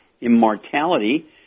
Immortality